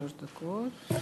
גם לך יש עד שלוש דקות.